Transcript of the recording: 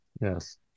Yes